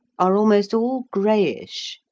are almost all greyish,